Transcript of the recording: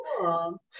cool